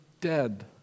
dead